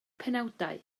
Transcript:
penawdau